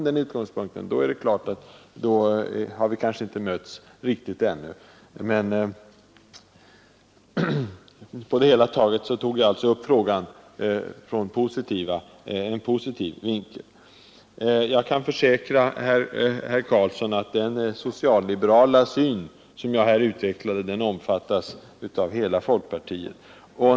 Men om herr Karlsson har ett sådant synsätt, så är vi nog fortfarande inte helt ense. Men på det hela taget tog jag alltså upp frågan från en positiv vinkel. Jag kan försäkra herr Karlsson att den socialliberala syn som jag här utvecklade omfattas av hela folkpartiet.